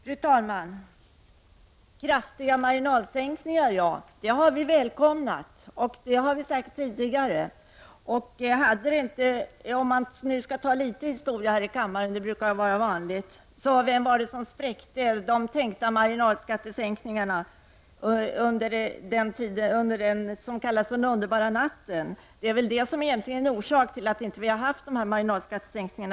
Fru talman! Kraftiga marginalskattesänkningar har vi redan tidigare välkomnat. Om man nu skall ha litet historiebeskrivning i kammaren — det är ju vanligt — kan man fråga sig vem det var som spräckte de tänkta marginalskattesänkningarna under den s.k. underbara natten. Det är väl här orsaken ligger till att vi inte tidigare har fått några marginalskattesänkningar.